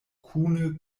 kune